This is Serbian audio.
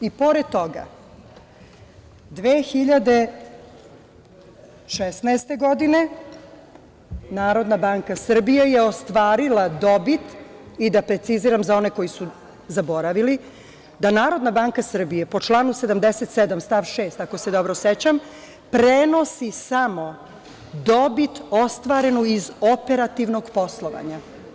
I, pored toga, 2016. godine, NBS je ostvarila dobit i da preciziram za one koji su zaboravili da NBS po članu 77. stav 6. ako se dobro sećam prenosi samo dobit ostvarenu iz operativnog poslovanja.